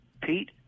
Pete